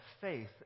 faith